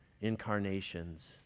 incarnations